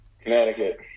Connecticut